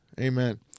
Amen